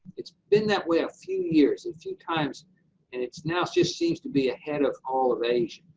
it's been that way a few years, a few times and it's now just seems to be ahead of all of asia.